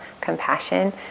compassion